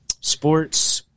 sports